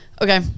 Okay